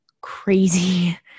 crazy